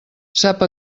sap